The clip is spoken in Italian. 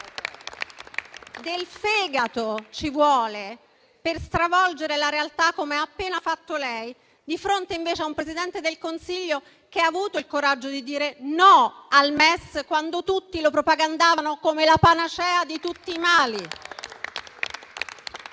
del fegato per stravolgere la realtà, come ha appena fatto lei, di fronte invece a un Presidente del Consiglio che ha avuto il coraggio di dire no al MES quando tutti lo propagandavano come la panacea di tutti i mali.